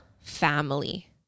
family